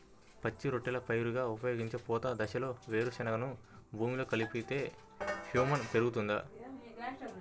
పచ్చి రొట్టెల పైరుగా ఉపయోగించే పూత దశలో వేరుశెనగను భూమిలో కలిపితే హ్యూమస్ పెరుగుతుందా?